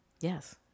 Yes